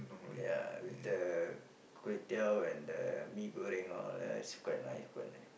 ya with the kway-teow and the mee-goreng all ya is quite nice quite nice